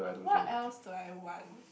what else do I want